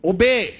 Obey